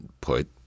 put